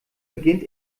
beginnt